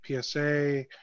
PSA